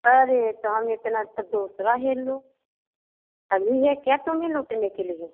अरे तो हम इतना तो दूसरा हेर लो हमी हैं क्या तुम्हें लूटने के लिए